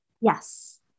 yes